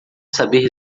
saber